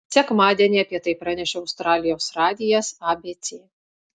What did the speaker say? sekmadienį apie tai pranešė australijos radijas abc